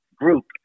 group